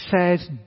says